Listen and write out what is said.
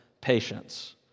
patience